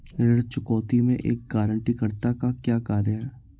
ऋण चुकौती में एक गारंटीकर्ता का क्या कार्य है?